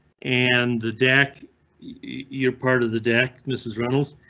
and the deck you're part of, the deck, mrs reynolds.